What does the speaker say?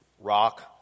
rock